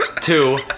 Two